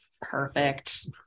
Perfect